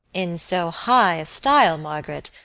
in so high a style, margaret,